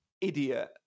idiot